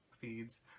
feeds